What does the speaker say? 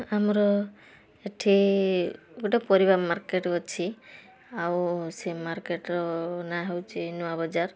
ଆମର ଏଠି ଗୋଟେ ପରିବା ମାର୍କେଟ୍ ଅଛି ଆଉ ସେ ମାର୍କେଟ୍ର ନାଁ ହେଉଛି ନୂଆବଜାର